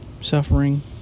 suffering